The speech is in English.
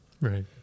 Right